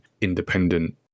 independent